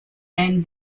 and